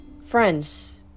friends